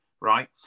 right